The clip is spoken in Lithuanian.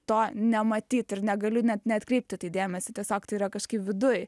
to nematyt ir negaliu net neatkreipt į tai dėmesį tiesiog tai yra kažkaip viduj